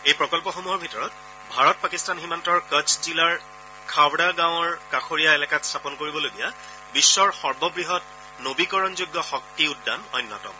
এই প্ৰকল্পসমূহৰ ভিতৰত ভাৰত পাকিস্তান সীমান্তৰ কচ্ছ জিলাৰ খাৱড়া গাঁৱৰ কাষৰীয়া এলেকাত স্থাপন কৰিবলগীয়া বিশ্বৰ সৰ্ববৃহৎ নবীকৰণযোগ্য শক্তি উদ্যান অন্যতম